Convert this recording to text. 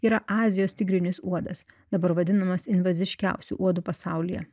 yra azijos tigrinis uodas dabar vadinamas invaziškiausiu uodu pasaulyje